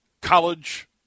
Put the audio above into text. college